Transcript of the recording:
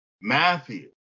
Matthew